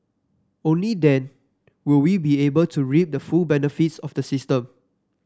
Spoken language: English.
only then will we be able to reap the full benefits of the system